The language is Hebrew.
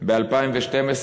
ב-2012,